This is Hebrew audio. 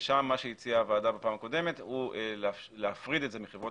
ששם הוועדה הציעה בפעם הקודמת להפריד את זה מחברות